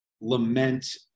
lament